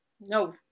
No